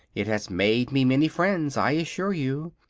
it has made me many friends, i assure you,